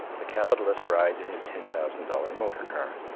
the capitalist rides in his ten thousand dollar motor car.